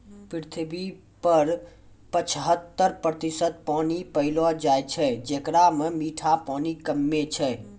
पृथ्वी पर पचहत्तर प्रतिशत पानी पैलो जाय छै, जेकरा म मीठा पानी कम्मे छै